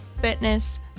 fitness